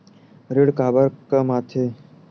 ऋण काबर कम आथे?